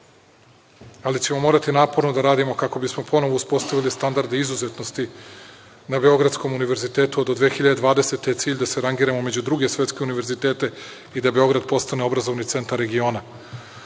ali ćemo morati naporno da radimo kako bismo ponovo uspostavili standarde izuzetnosti na Beogradskom univerzitetu. Do 2020. godine je cilj da se rangiramo među druge svetske univerzitete i da Beograd postane obrazovni centar regiona. Vlada